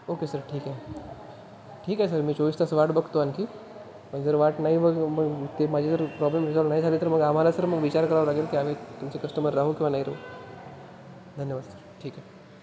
okay sir ठीक आहे ठीक आहे सर मी चोवीस तास वाट बघतो आणखी पण जर वाट नाही मग मग ते माझी जर प्रॉब्लेम रिसॉल्व नाही झाली तर मग आम्हाला सर मग विचार करावं लागेल की आम्ही तुमचे कस्टमर राहू किंवा नाही राहू धन्यवाद सर ठीक आहे